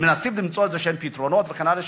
מנסים למצוא איזשהם פתרונות וכן הלאה.